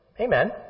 Amen